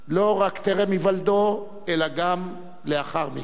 לא רק טרם היוולדו אלא גם לאחר מכן.